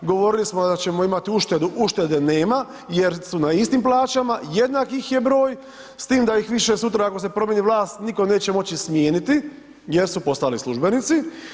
Govorili smo da ćemo imati uštedu, uštede nema, jer su na istim plaćama, jednaki ih je broj, s tim da ih više sutra, ako se promijeni vlast, nitko neće moći smijeniti, jer su postali službenici.